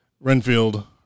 Renfield